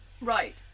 right